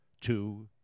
Two